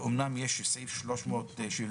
אמנם יש סעיף 371א(5)